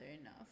enough